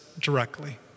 directly